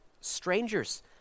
strangers